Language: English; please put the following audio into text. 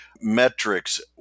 metrics